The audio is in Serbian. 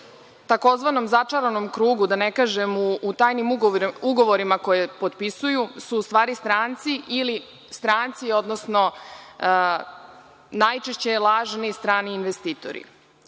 tzv. začaranom krugu, da ne kažem u tajnim ugovorima koje potpisuju, su u stvari stranci, odnosno najčešće lažni strani investitori.